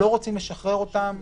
לא רוצים לשחרר אותם